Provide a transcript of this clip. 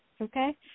Okay